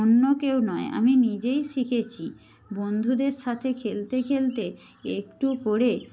অন্য কেউ নয় আমি নিজেই শিখেছি বন্ধুদের সাথে খেলতে খেলতে একটু করে